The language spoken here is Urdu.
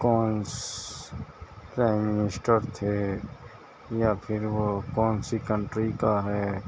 کون سے پرائم منسٹر تھے یا پھر وہ کون سی کنٹری کا ہے